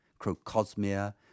crocosmia